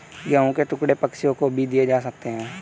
गेहूं के टुकड़े पक्षियों को भी दिए जा सकते हैं